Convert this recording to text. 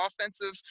offensive